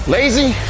Lazy